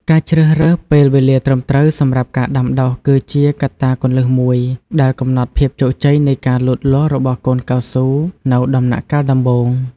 ការជ្រើសរើសពេលវេលាត្រឹមត្រូវសម្រាប់ការដាំដុះ គឺជាកត្តាគន្លឹះមួយដែលកំណត់ភាពជោគជ័យនៃការលូតលាស់របស់កូនកៅស៊ូនៅដំណាក់កាលដំបូង។